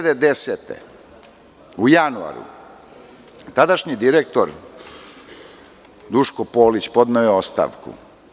Godine 2010. u januaru tadašnji direktor Duško Polić podneo je ostavku.